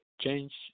Change